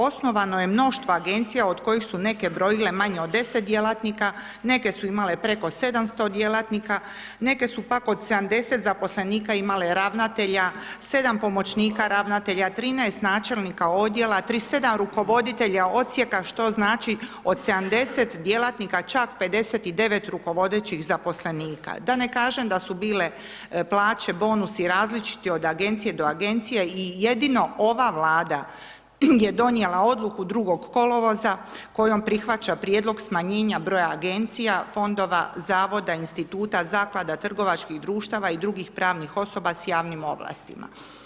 Osnovano je mnoštva Agencija od kojih su neke brojile manje od 10 djelatnika, neke su imale preko 700 djelatnika, neke su, pak, od 70 zaposlenika imale ravnatelja, 7 pomoćnika ravnatelja, 13 načelnika odjela, 37 rukovoditelja odsjeka, što znači, od 70 djelatnika, čak 59 rukovodećih zaposlenika, da ne kažem da su bile plaće, bonusi i različiti od Agencije do Agencije i jedino ova Vlada je donijela odluku 2. kolovoza kojom prihvaća prijedlog smanjenja broja Agencija, Fondova, Zavoda, Instituta, Zaklada, trgovačkih društava i drugih pravnih osoba s javnim ovlastima.